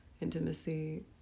intimacy